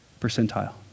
percentile